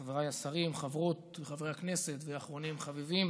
חבריי השרים, חברות וחברי הכנסת ואחרונים חביבים